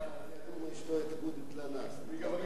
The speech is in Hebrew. לא, לא.